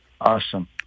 awesome